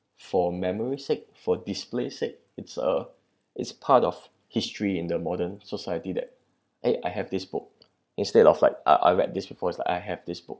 for memory sake for display sake it's uh it's part of history in the modern society that eh I have this book instead of like uh I read this before is like I have this book